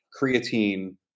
creatine